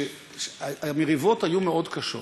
המריבות היו קשות מאוד,